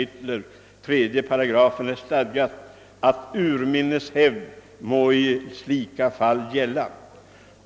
3 § är stadgat, af urminnes häfd må i slika fall gälla ———.